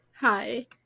Hi